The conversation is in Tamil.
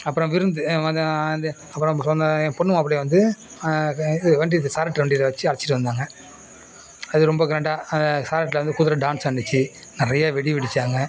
அப்பறம் விருந்து வந்து அப்பறம் பொண்ணையும் பொண்ணு மாப்பிளைய வந்து இது வண்டி இது சாரட் வண்டியில் வெச்சு அழைச்சிட்டு வந்தாங்கள் அது ரொம்ப க்ராண்டா சாரட்ல வந்து குதுரை டான்ஸ் ஆடுனுச்சி நிறையா வெடி வெடிச்சாங்கள்